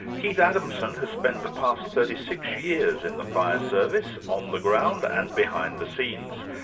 keith adamson has spent the past thirty six years in the fire service, on the ground and behind the scenes.